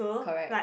correct